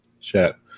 Chat